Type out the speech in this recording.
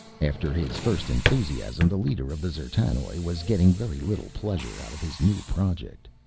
after his first enthusiasm the leader of the d'zertanoj was getting very little pleasure out of his new project.